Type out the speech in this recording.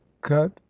cut